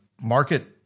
market